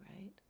right